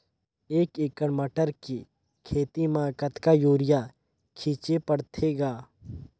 एक एकड़ मटर के खेती म कतका युरिया छीचे पढ़थे ग?